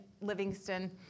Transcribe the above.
livingston